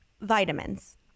vitamins